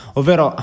ovvero